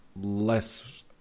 less